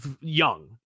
young